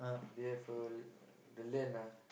they have a the land ah